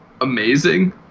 amazing